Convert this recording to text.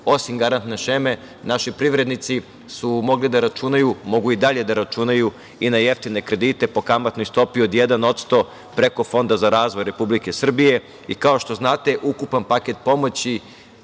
osim garantne šeme, naši privrednici su mogli da računaju, mogu i dalje da računaju, na jeftine kredite po kamatnoj stopi od 1% preko Fonda za razvoj Republike Srbije. Kao što znate, ukupan paket pomoći